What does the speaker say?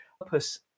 Purpose